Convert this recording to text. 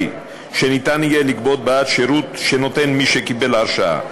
שניתן יהיה לגבות בעד שירות שנותן מי שקיבל הרשאה,